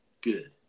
good